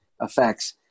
effects